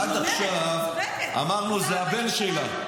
עד עכשיו אמרנו זה הבן שלה.